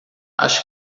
acho